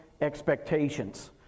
expectations